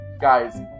Guys